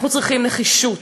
אנחנו צריכים נחישות,